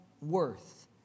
worth